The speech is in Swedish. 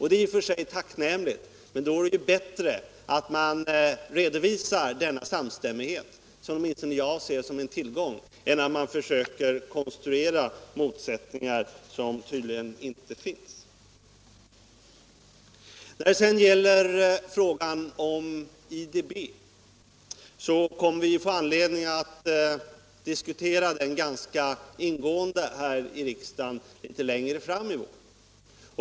Det är i och för sig tacknämligt, men det vore bättre att redovisa denna samstämmighet, som åtminstone jag ser som en tillgång, än att försöka konstruera motsättningar som tydligen inte finns. Frågan om IDB kommer vi att få anledning att diskutera ganska ingående här i riksdagen litet längre fram i vår.